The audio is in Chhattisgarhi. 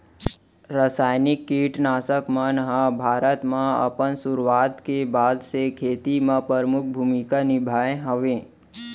रासायनिक किट नाशक मन हा भारत मा अपन सुरुवात के बाद से खेती मा परमुख भूमिका निभाए हवे